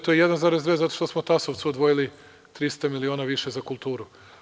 To je 1,2 zato što smo Tasovcu odvojili 300 miliona više za kulturu.